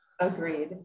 Agreed